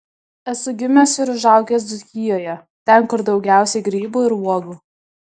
esu gimęs ir užaugęs dzūkijoje ten kur daugiausiai grybų ir uogų